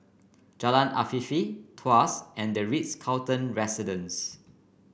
Jalan Afifi Tuas and the Ritz Carlton Residences